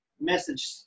Message